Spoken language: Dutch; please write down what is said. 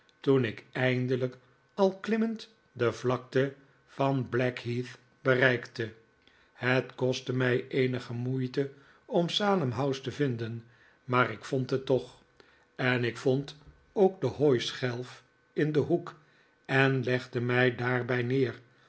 toen ik eindelijk al klimmend de vlakte van blackheath bereikte het kostte mij eenige moeite om salem house te vinden maar ik vond het toch en ik vond ook de hooischelf in den hoek en legde mij daarbij neer